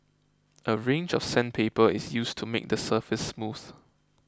a range of sandpaper is used to make the surface smooth